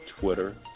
Twitter